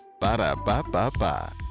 Ba-da-ba-ba-ba